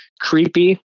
creepy